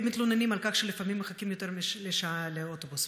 הם מתלוננים על כך שלפעמים הם מחכים יותר משעה לאוטובוס.